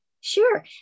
Sure